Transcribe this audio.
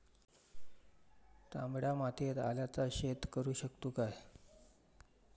तामड्या मातयेत आल्याचा शेत करु शकतू काय?